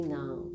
now